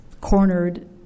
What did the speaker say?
cornered